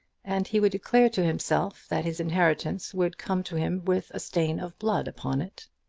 and he would declare to himself that his inheritance would come to him with a stain of blood upon it.